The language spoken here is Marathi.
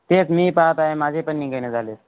तेच मी पाहत आहे माझे पण निघेना झाले